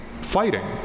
fighting